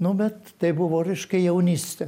nu bet tai buvo reiškia jaunystė